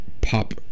pop